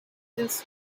his